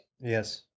Yes